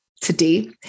today